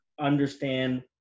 understand